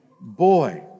boy